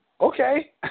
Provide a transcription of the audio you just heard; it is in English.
Okay